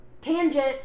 Tangent